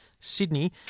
Sydney